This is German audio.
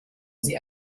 sie